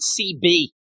CB